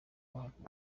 bahati